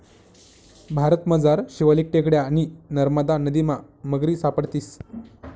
भारतमझार शिवालिक टेकड्या आणि नरमदा नदीमा मगरी सापडतीस